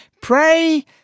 Pray